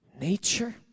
nature